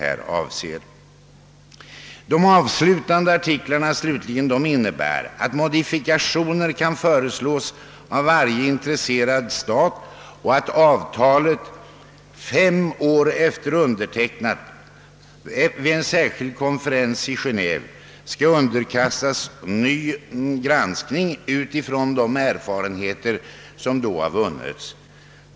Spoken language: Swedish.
I de avslutande artiklarna stadgas att modifikationer kan föreslås av varje intresserad stat och att avtalet fem år efter undertecknandet skall underkastas ny granskning vid en särskild konferens i Geneve på basis av de erfarenheter som då har vunnits.